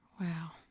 Wow